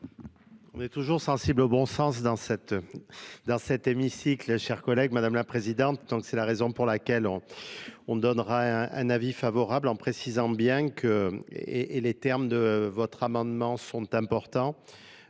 On est toujours sensibles au bon sens. dans cet hémicycle, chère collègue, Mᵐᵉ la Présidente D. Donc c'est la raison pour laquelle on donnera un avis favorable en précisant bien que Et les termes de votre amendement sont importants.